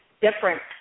different